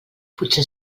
potser